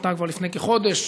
שפנתה כבר לפני כחודש,